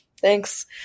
thanks